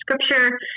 scripture